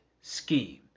scheme